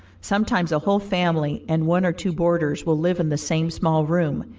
sometimes a whole family and one or two boarders will live in the same small room,